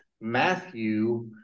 Matthew